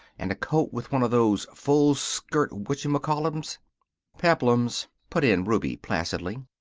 and a coat with one of those full-skirt whaddyoucall-'ems peplums, put in ruby, placidly.